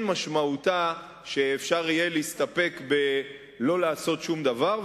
משמעותה שאפשר יהיה להסתפק בלא לעשות שום דבר.